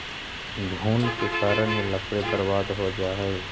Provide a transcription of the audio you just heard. घुन के कारण भी लकड़ी बर्बाद हो जा हइ